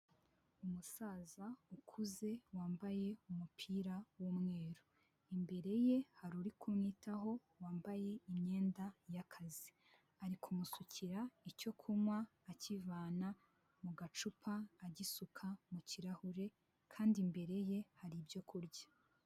Umusaza ukuze wambaye umupira w'umweru imbere ye hariri kumwitaho wambaye imyenda y'akazi ari kumusukira icyo kunywa akivana mu gacupa agisuka mu kirahure kandi imbere ye hari ibyo kurya.